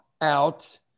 out